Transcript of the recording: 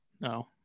No